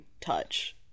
touch